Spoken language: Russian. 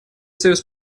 союз